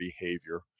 behavior